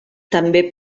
també